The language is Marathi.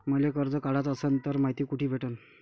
मले कर्ज काढाच असनं तर मायती कुठ भेटनं?